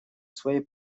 своей